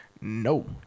No